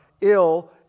ill